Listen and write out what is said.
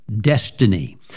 destiny